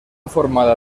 formada